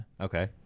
Okay